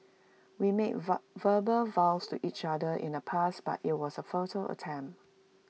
we made verbal vows to each other in the past but IT was A futile attempt